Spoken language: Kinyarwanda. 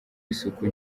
isuku